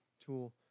tool